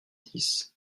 dix